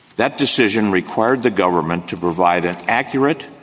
that decision required the government to provide an accurate,